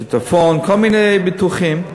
שיטפון, כל מיני ביטוחים,